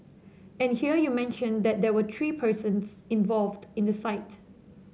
and here you mention that there were three persons involved in the site